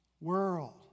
world